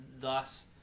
thus